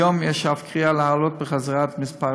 כיום יש אף קריאה להעלות בחזרה את מספר